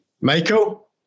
Michael